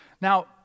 Now